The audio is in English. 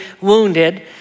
wounded